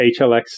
HLX